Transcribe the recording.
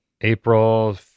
April